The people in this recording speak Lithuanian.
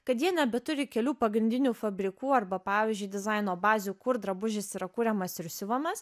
kad jie nebeturi kelių pagrindinių fabrikų arba pavyzdžiui dizaino bazių kur drabužis yra kuriamas ir siuvamas